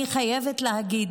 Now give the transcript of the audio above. אני חייבת להגיד,